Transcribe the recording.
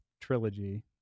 trilogy